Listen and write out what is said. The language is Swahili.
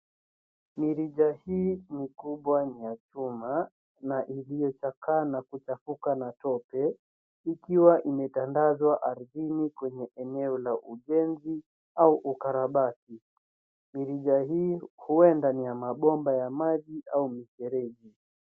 Mirija hii ni kubwa ya chuma na iliyochakaa na kuchafuka na tope ikiwa imetandazwa ardhini kwenye eneo la ujenzi au ukarabati, mirija hii huenda ni ya mabomba ya maji au mifereji.